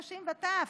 נשים וטף.